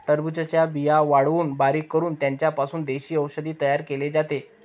टरबूजाच्या बिया वाळवून बारीक करून त्यांचा पासून देशी औषध तयार केले जाते